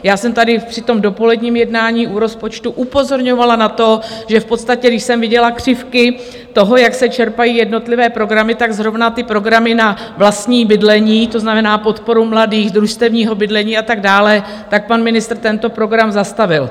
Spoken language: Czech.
Já jsem tady při tom dopoledním jednání o rozpočtu upozorňovala na to, že v podstatě když jsem viděla křivky toho, jak se čerpají jednotlivé programy, tak zrovna programy na vlastní bydlení, to znamená podporu mladých, družstevního bydlení a tak dále, pan ministr tento program zastavil.